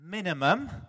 minimum